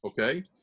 okay